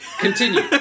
Continue